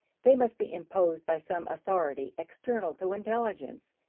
they must be imposed by some authority external to intelligence,